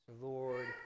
Lord